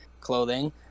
clothing